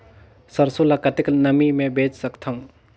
सरसो ल कतेक नमी मे बेच सकथव?